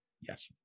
Yes